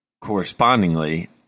correspondingly